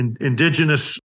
indigenous